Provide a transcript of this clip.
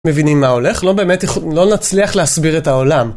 מבינים מה הולך? לא באמת, לא נצליח להסביר את העולם.